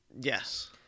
Yes